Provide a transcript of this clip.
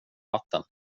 vatten